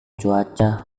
cuaca